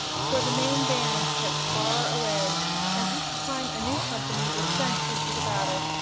for the main band kept far away and each time a new company was sent into the battle.